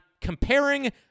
comparing